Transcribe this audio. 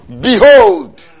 Behold